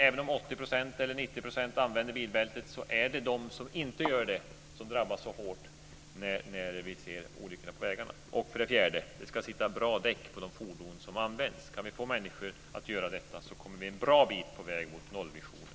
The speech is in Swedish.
Även om 80 eller 90 % använder bilbältet är det de som inte gör det som drabbas så hårt i olyckor på vägarna. För det fjärde: Det ska sitta bra däck på de fordon som används. Om vi kan få människor att se till det kommer vi en bra bit på väg mot nollvisionen.